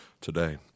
today